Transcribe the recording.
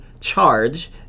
charge